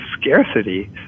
scarcity